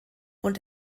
und